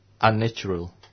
Unnatural